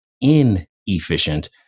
inefficient